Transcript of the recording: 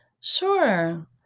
Sure